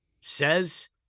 says